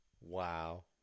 Wow